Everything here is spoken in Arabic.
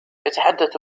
يتحدث